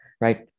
right